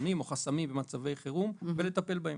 מחסומים או חסמים במצבי חירום, ולטפל בהם.